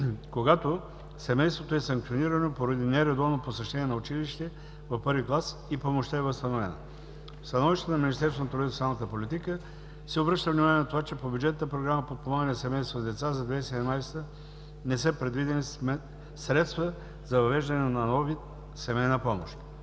когато семейството е санкционирано поради нередовно посещение на училище в първи клас и помощта е възстановена. В становището на Министерството на труда и социалната политика се обръща внимание на това, че по бюджетната програма „Подпомагане на семейства с деца“ за 2017 г. не са предвидени средства за въвеждане на нов вид семейна помощ.